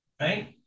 right